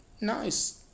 nice